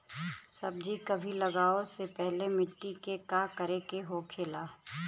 सब्जी कभी लगाओ से पहले मिट्टी के का करे के होखे ला?